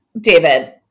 David